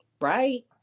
Right